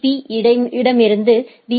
பீ பீர் இடமிருந்து பி